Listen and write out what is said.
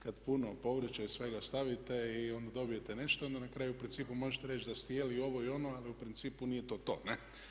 Kad puno povrća i svega stavite i onda dobijete nešto onda na kraju u principu možete reći da ste jeli i ovo i ono ali u principu nije to to.